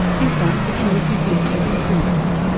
he found catuity guilty of infringement.